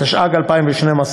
התשע"ג 2012,